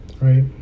right